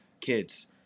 kids